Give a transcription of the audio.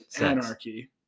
Anarchy